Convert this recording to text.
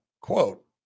quote